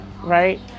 right